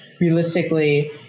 realistically